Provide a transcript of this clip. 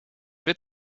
wird